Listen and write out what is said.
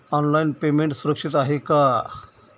Online payment सुरक्षित आहे का?